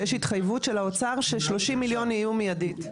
שיש התחייבות של האוצר ששלושים מיליון יהיו מיידית.